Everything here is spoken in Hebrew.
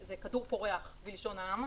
זה "כדור פורח" בלשון העם.